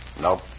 Nope